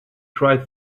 cried